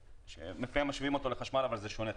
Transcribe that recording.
שלפעמים משווים אותו לחשמל אבל זה שונה,